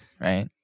right